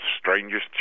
strangest